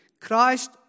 Christ